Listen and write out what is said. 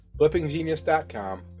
FlippingGenius.com